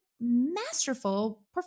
masterful